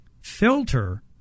filter